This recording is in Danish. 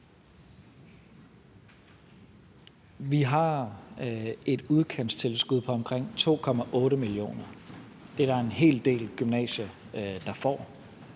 Vi har et udkantstilskud på omkring 2,8 mio. kr. Det er der en hel del gymnasier der får,